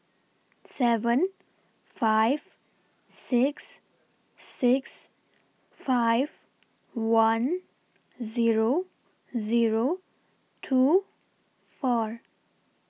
seven five six six five one Zero Zero two four